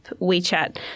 WeChat